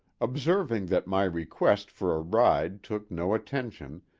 observing that my request for a ride took no attention,